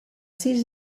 sis